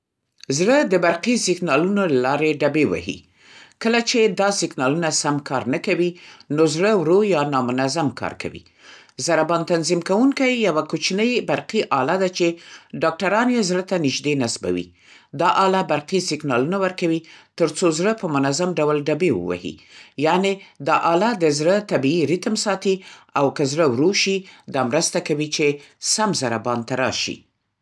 زړه د برقي سیګنالونو له لارې ډَبې وهي. کله چې دا سیګنالونه سم کار نه کوي، نو زړه ورو یا نامنظم کار کوي. ضربان تنظیم کونکی یوه کوچنی برقي آله ده چې ډاکتران یې زړه ته نږدې نصبوي. دا آله برقي سیګنالونه ورکوي، تر څو زړه په منظم ډول ډَبې ووهي. یعنې، دا آله د زړه طبیعي ریتم ساتي او که زړه ورو شي، دا مرسته کوي چې سم ضربان ته راشي.